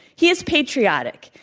he is patriotic.